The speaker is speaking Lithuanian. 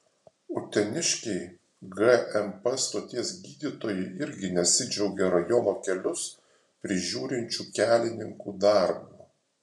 uteniškiai gmp stoties gydytojai irgi nesidžiaugia rajono kelius prižiūrinčių kelininkų darbu